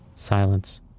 silence